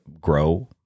grow